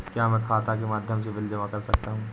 क्या मैं खाता के माध्यम से बिल जमा कर सकता हूँ?